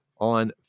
on